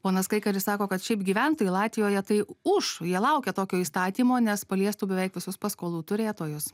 ponas kaikaris sako kad šiaip gyventojai latvijoje tai už jie laukia tokio įstatymo nes paliestų beveik visus paskolų turėtojus